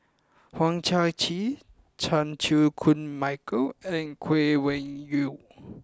Hang Chang Chieh Chan Chew Koon Michael and Chay Weng Yew